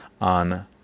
on